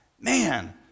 Man